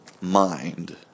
mind